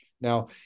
Now